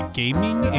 gaming